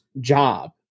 job